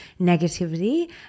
negativity